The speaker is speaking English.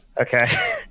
Okay